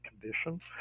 condition